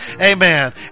Amen